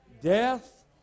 Death